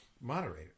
moderator